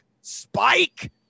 spike